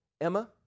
Emma